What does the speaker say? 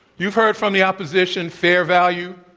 you've heard from the opposition, fair value,